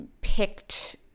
picked